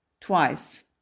twice